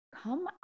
come